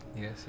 yes